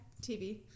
TV